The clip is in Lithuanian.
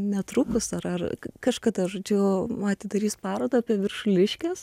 netrukus ar ar kažkada žodžiu atidarys parodą apie viršuliškes